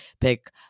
pick